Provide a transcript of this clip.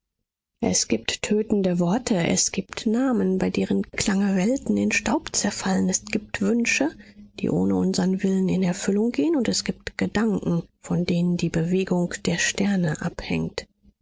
es gibt tötende worte es gibt namen bei deren klange welten in staub zerfallen es gibt wünsche die ohne unseren willen in erfüllung gehen es gibt gedanken von denen die bewegung der sterne abhängt